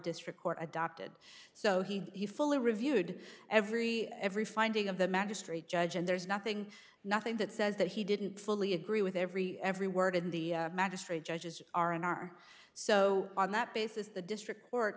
district court adopted so he fully reviewed every every finding of the magistrate judge and there's nothing nothing that says that he didn't fully agree with every every word in the magistrate judges are in are so on that basis the district court